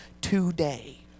today